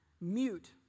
Mute